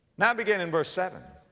now begin in verse seven,